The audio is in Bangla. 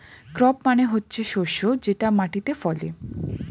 ক্রপ মানে হচ্ছে শস্য যেটা মাটিতে ফলে